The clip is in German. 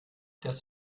das